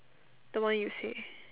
the one you say